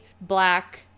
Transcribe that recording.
black